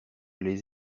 les